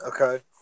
Okay